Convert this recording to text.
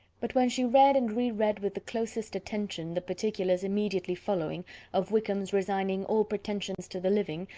but when she read and re-read with the closest attention, the particulars immediately following of wickham's resigning all pretensions to the living,